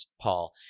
Paul